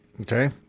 okay